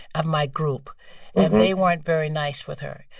of my group. and they weren't very nice with her.